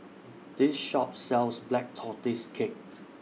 This Shop sells Black Tortoise Cake